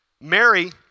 Mary